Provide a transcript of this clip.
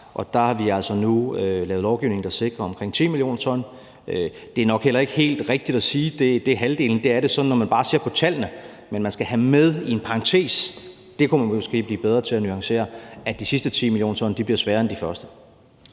der har vi altså nu lavet lovgivning, der sikrer omkring 10 mio. t. Det er nok heller ikke helt rigtigt at sige, at det er halvdelen, men det er det så, når man bare ser på tallene, men man skal have med i en parentes – det kunne man måske blive bedre til at nuancere – at de sidste 10 mio. t bliver sværere end de første.